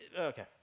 okay